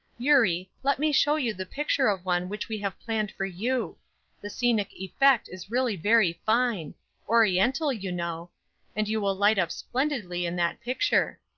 eurie, let me show you the picture of one which we have planned for you the scenic effect is really very fine oriental, you know and you will light up splendidly in that picture.